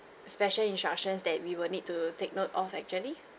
special instructions that we will need to take note of actually